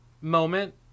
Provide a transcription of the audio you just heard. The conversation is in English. moment